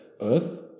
Earth